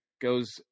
goes